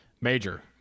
major